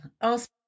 ask